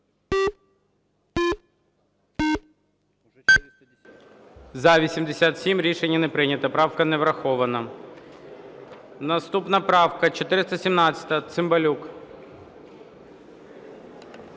За-87 Рішення не прийнято. Правка не врахована. Наступна правка 417-а, Цимбалюк.